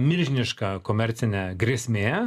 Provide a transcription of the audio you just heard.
milžiniška komercinė grėsmė